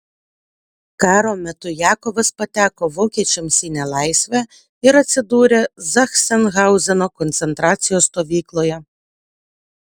karo metu jakovas pateko vokiečiams į nelaisvę ir atsidūrė zachsenhauzeno koncentracijos stovykloje